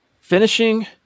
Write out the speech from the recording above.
finishing